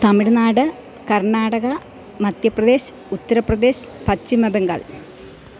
Tamil Nadu Karnataka Madhya Pradesh Uttar Pradesh Paschima Bengal